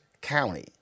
county